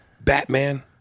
Batman